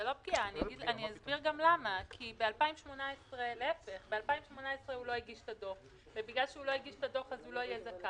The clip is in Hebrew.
ובשנת 2019 הוא לא עבר